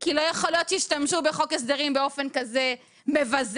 כי לא יכול להיות שישתמשו בחוק הסדרים באופן כזה מבזה,